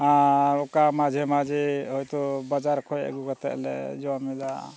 ᱟᱨ ᱚᱠᱟ ᱢᱟᱡᱷᱮ ᱢᱟᱡᱷᱮ ᱦᱚᱭᱛᱳ ᱵᱟᱡᱟᱨ ᱠᱷᱚᱱ ᱟᱹᱜᱩ ᱠᱟᱛᱮᱞᱮ ᱡᱚᱢ ᱮᱫᱟ